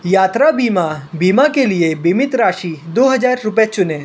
यात्रा बीमा बीमा के लिए बीमित राशि दो हजार रुपये चुनें